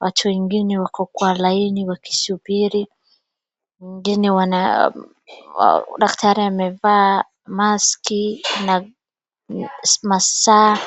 Watu wengine wako kwa laini wakisubiri mwingine wana, daktari amevaa mask na masaa.